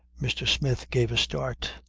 mr. smith gave a start.